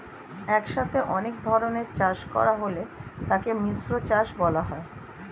একসাথে অনেক ধরনের চাষ করা হলে তাকে মিশ্র চাষ বলা হয়